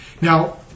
Now